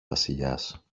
βασιλιάς